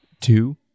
two